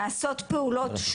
נעשות פעולות,